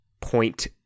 point